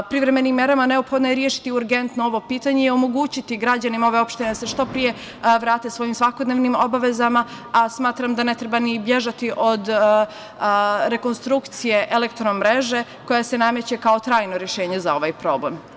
Privremenim merama neophodno je rešiti urgentno ovo pitanje i omogućiti građanima ove opštine da se što pre vrate svojim svakodnevnim obavezama, a smatram da ne treba ni bežati od rekonstrukcije elektromreže koja se nameće kao trajno rešenje za ovaj problem.